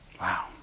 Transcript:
Wow